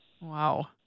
Wow